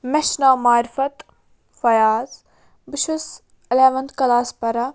مےٚ چھُ ناو معرفت فیاض بہٕ چھُس اٮ۪لیونٛتھ کلاس پَران